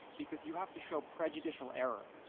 because you have to show prejudicial error.